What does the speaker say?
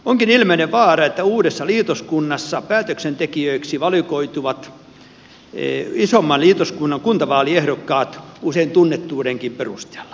onkin ilmeinen vaara että uudessa liitoskunnassa päätöksentekijöiksi valikoituvat isomman liitoskunnan kuntavaaliehdokkaat usein tunnettuudenkin perusteella